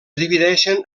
divideixen